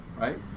right